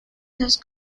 los